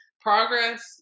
progress